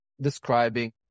describing